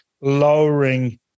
lowering